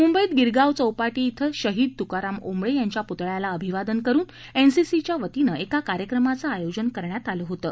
मुंबईत गिरगाव चौपाटी क्रिं शहीद तुकाराम ओंबळे यांच्या पुतळ्याला अभिवादन करून उसीसीच्या वतीनं क्रिं कार्यक्रमाचं आयोजन करण्यात आलं होतं